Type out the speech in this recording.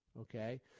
okay